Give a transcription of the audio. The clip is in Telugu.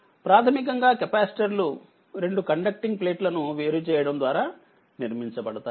ప్రాథమికంగా కెపాసిటర్లురెండు కండక్టింగ్ ప్లేట్లను వేరు చేయడం ద్వారానిర్మించబడతాయి